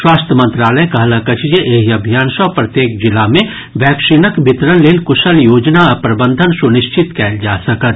स्वास्थ्य मंत्रालय कहलक अछि जे एहि अभियान सँ प्रत्येक जिला मे वैक्सीनक वितरण लेल कुशल योजना आ प्रबंधन सुनिश्चित कयल जा सकत